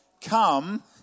come